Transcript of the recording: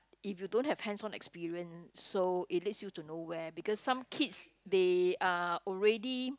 if you don't have hands on experience so it leads you to nowhere because some kids they are already